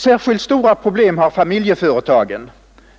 Särskilt stora problem har familjeföretagen